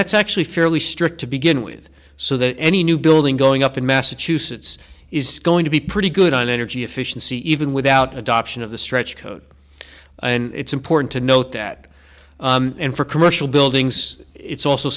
that's actually fairly strict to begin with so that any new building going up in massachusetts is going to be pretty good on energy efficiency even without adoption of the stretch code and it's important to note that and for commercial buildings it's also